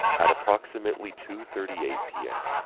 at approximately two thirty eight p ah but